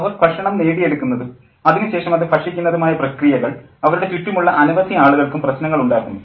അവർ ഭക്ഷണം നേടിയെടുക്കുന്നതും അതിനു ശേഷം അത് ഭക്ഷിക്കുന്നതുമായ പ്രക്രിയകൾ അവരുടെ ചുറ്റുമുള്ള അനവധി ആളുകൾക്കും പ്രശ്നങ്ങൾ ഉണ്ടാക്കുന്നു